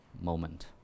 moment